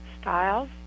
styles